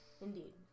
Indeed